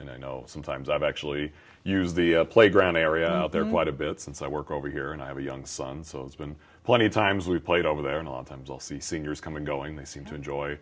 and i know sometimes i've actually used the playground area out there quite a bit since i work over here and i have a young son so there's been plenty of times we played over there and a lot of times we'll see seniors come and go and they seem to enjoy